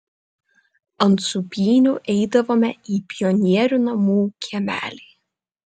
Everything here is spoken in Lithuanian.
ant sūpynių eidavome į pionierių namų kiemelį